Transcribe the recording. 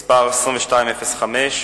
מס' 2205,